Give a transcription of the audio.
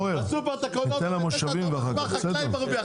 עשו פה קולות שהחקלאי מרוויח.